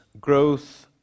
growth